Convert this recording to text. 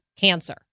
cancer